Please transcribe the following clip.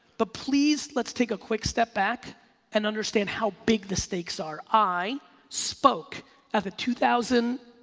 but please let's take a quick step back and understand how big the stakes are, i spoke at the two thousand